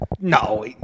No